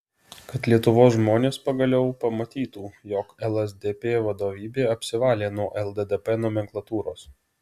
kad lietuvos žmonės pagaliau pamatytų jog lsdp vadovybė apsivalė nuo lddp nomenklatūros